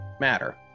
matter